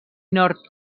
nord